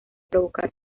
provocar